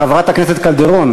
של חברת הכנסת רות קלדרון